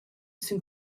sün